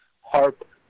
harp